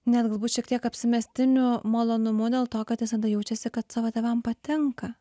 net galbūt šiek tiek apsimestiniu malonumu dėl to kad visada jaučiasi kad savo tėvam patinka